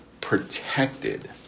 protected